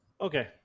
Okay